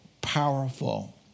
powerful